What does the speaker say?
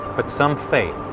but some fail,